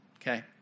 okay